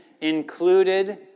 included